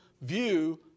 view